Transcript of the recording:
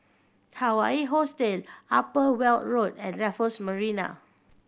Hawaii Hostel Upper Weld Road and Raffles Marina